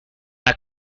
der